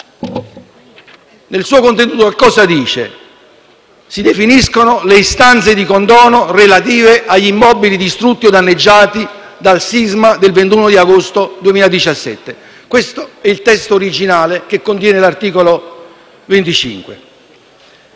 nel suo contenuto? Si «definiscono le istanze di condono relative agli immobili distrutti o danneggiati dal sisma del 21 agosto 2017». Questo è il testo originale dell’articolo 25.